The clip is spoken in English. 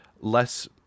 less